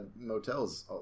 motels